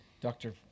Doctor